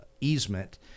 easement